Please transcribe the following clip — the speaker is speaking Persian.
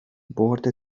بورد